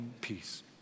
peace